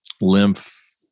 lymph